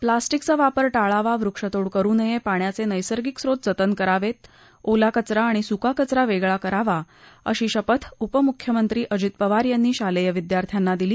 प्लास्टिकचा वापर टाळावा वृक्षतोड करु नये पाण्याचे नैसर्गिक स्रोत जतन करावे ओला कचरा आणि सुका कचरा वेगळा करावा अशी शपथ उपमुख्यमंत्री अजित पवार यांनी शालेय विद्यार्थ्यांना दिली